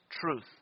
truth